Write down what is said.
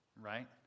right